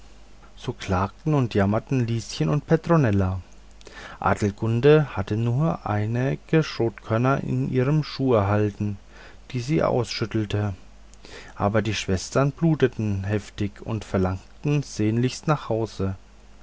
so klagten und jammerten lieschen und petronella adelgunde hatte nur einige schrotkörner in ihren schuh erhalten die sie ausschüttete aber die schwestern bluteten heftig und verlangten sehnlichst nach hause